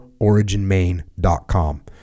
originmain.com